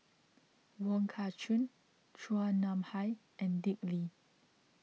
Wong Kah Chun Chua Nam Hai and Dick Lee